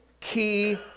key